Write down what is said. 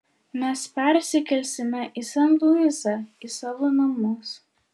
mes persikelsime į sen luisą į savo namus